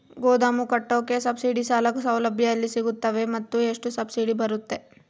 ಗೋದಾಮು ಕಟ್ಟೋಕೆ ಸಬ್ಸಿಡಿ ಸಾಲ ಸೌಲಭ್ಯ ಎಲ್ಲಿ ಸಿಗುತ್ತವೆ ಮತ್ತು ಎಷ್ಟು ಸಬ್ಸಿಡಿ ಬರುತ್ತೆ?